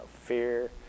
fear